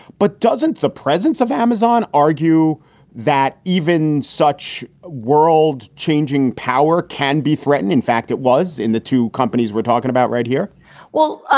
but doesn't the presence of amazon argue that even such a world changing power can be threatened? in fact, it was in the two companies we're talking about right here well,